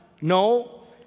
No